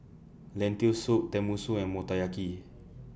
Lentil Soup Tenmusu and Motoyaki